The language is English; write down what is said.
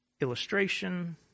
illustration